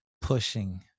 pushing